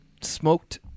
smoked